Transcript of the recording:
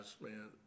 man